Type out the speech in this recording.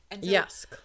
Yes